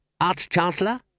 Arch-Chancellor